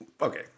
okay